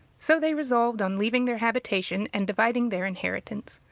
so they resolved on leaving their habitation, and dividing their inheritance.